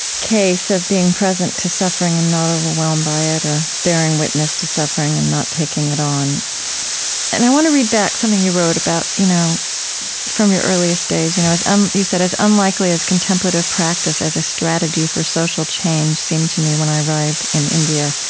case of being present to suffering and not overwhelmed by it or bearing witness to suffering and not taking it on and i want to read back something you wrote about you know from your earliest days. you know um you said, as unlikely as contemplative practice as a strategy for social change seemed to me when i arrived in india,